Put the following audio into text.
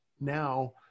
now